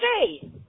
Today